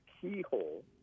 keyhole